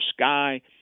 sky